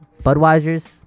Budweiser's